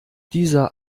dieser